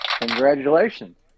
Congratulations